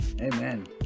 Amen